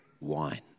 wine